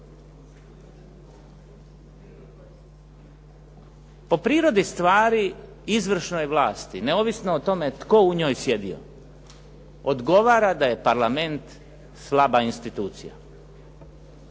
Po prirodi stvari izvršnoj vlasti neovisno o tome tko u njoj sjedio odgovara da je parlament slaba institucija.